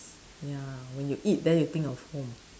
ya when you eat then you think of home